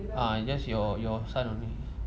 ah just your your son only